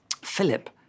Philip